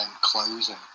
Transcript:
closing